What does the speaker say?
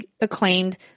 acclaimed